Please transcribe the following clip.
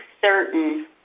certain